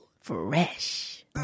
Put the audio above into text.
Fresh